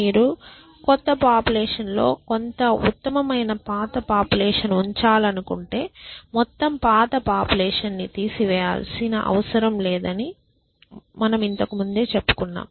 మీరు కొత్త పాపులేషన్ లో కొంత ఉత్తమమైన పాత పాపులేషన్ ఉంచాలనుకుంటే మొత్తం పాత పాపులేషన్ ని తీసి వేయాల్సిన అవసరం లేదని నేను ఇంతకు ముందే చెప్పాను